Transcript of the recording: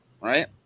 Right